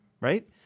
right